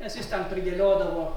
nes jis ten pridėliodavo